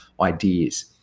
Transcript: ideas